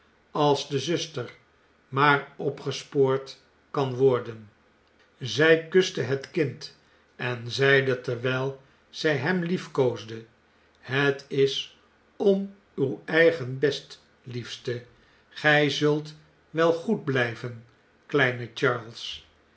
als de zuster maar opgespoord kan worden zy kuste het kind en zeide terwtjl zjj hem liefkoosde het is om uw eigen best liefste gjj zult wel goed blgven kleine